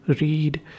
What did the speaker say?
read